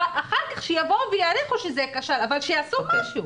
אבל אחר כך שיבואו ויעריכו שזה --- אבל שיעשו משהו.